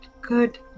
good